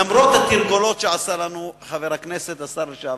למרות התרגולות שעשה לנו השר לשעבר,